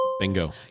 Bingo